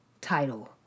title